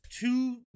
two